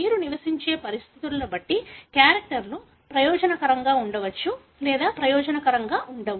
మీరు నివసించే పరిస్థితులను బట్టి క్యారెక్టర్లు ప్రయోజనకరంగా ఉండవచ్చు లేదా ప్రయోజనకరంగా ఉండవు